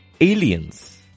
aliens